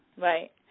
Right